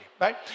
right